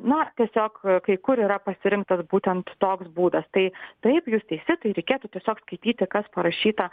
nu tiesiog kai kur yra pasirinktas būtent toks būdas tai taip jūs teisi tai reikėtų tiesiog skaityti kas parašyta